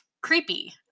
creepy